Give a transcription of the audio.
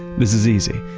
this is easy.